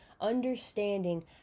understanding